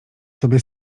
sobie